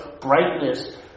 Brightness